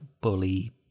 bully